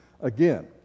again